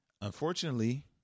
unfortunately